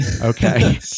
Okay